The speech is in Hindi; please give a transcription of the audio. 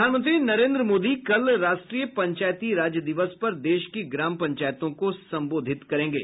प्रधानमंत्री नरेन्द्र मोदी कल राष्ट्रीय पंचायती राज दिवस पर देश की ग्राम पंचायतों को संबोधित करेंगे